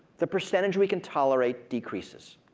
the percentage we can tolerate decreases.